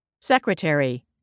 Secretary